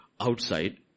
outside